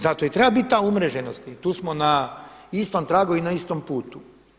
Zato i treba bit ta umreženost i tu smo na istom tragu i na istom putu.